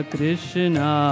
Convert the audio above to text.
Krishna